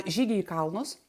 žygiai į kalnus